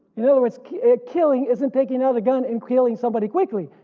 in other words killing isn't taking out a gun and killing somebody quickly.